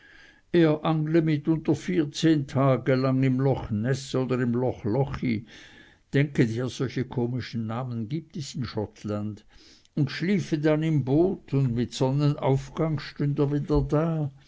mitunter vierzehn tage lang im loch neß oder im loch lochy denke dir solche komische namen gibt es in schottland und schliefe dann im boot und mit sonnenaufgang stünd er wieder da